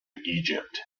egypt